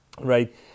right